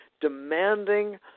demanding